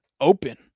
open